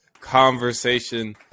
conversation